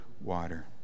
water